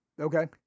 Okay